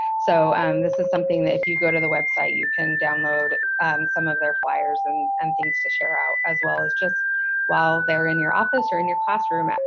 so this is something that if you go to the website, you can download some of their flyers and and things to share out as well as just while they're in your office or in your classroom.